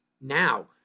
Now